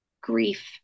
grief